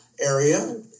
area